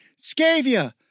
Scavia